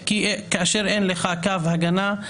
כאשר אין לך קו הגנה,